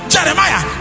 Jeremiah